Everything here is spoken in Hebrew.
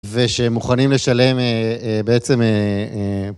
ושמוכנים לשלם בעצם...